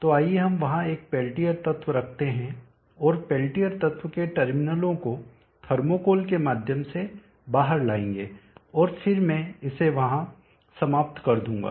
तो आइए हम वहां एक पेल्टियर तत्व रखते हैं और पेल्टियर तत्व के टर्मिनलों को थर्मोकोल के माध्यम से बाहर लाएंगे और फिर मैं इसे वहां समाप्त कर दूंगा